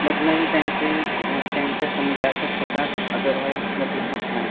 लग्नही त्यांचे त्यांच्या समुदायातच होतात अदरवाइज लग्न होत नाहीत